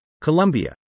Colombia